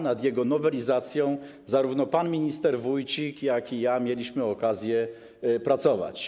Nad jego nowelizacją zarówno pan minister Wójcik, jak i ja mieliśmy okazję pracować.